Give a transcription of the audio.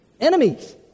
Enemies